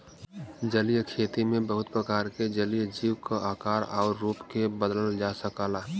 जलीय खेती में बहुत प्रकार के जलीय जीव क आकार आउर रूप के बदलल जा सकला